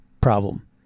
problem